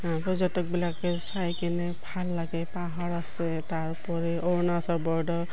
পৰ্যটকবিলাকে চাই কিনে ভাল লাগে পাহাৰ আছে তাৰোপৰি অৰুণাচল বৰ্ডৰ